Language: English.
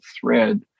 Thread